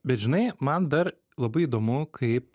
bet žinai man dar labai įdomu kaip